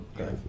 Okay